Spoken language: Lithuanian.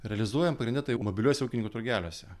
realizuojam pagrinde tai mobiliuose ūkininkų turgeliuose